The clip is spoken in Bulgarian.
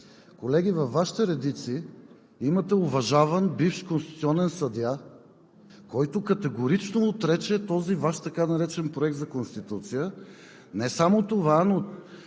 колеги, във Вашите редици имате уважаван бивш конституционен съдия, който категорично отрече този Ваш така наречен Проект за конституция. Не само това, но